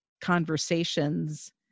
conversations